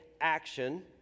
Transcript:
action